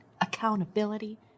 accountability